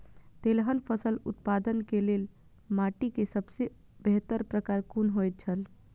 तेलहन फसल उत्पादन के लेल माटी के सबसे बेहतर प्रकार कुन होएत छल?